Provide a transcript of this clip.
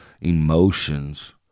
emotions